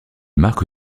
marque